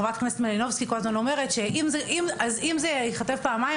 חברת הכנסת מלינובסקי כל הזמן אומרת שאם זה ייכתב פעמיים,